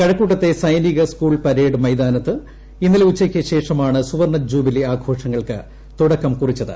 കഴക്കൂട്ടത്തെ സൈനിക school parade മൈതാനത്ത് ഇന്നലെ ഉച്ചയ്ക്ക് ശേഷമാണ് സുവർണ്ണ ജൂബിലി ആഘോഷങ്ങൾക്ക് തുടക്കം കുറിച്ചത്